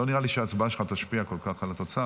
לא נראה לי שההצבעה שלך תשפיע כל כך על התוצאה,